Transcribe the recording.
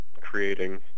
creating